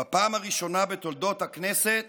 בפעם הראשונה בתולדות הכנסת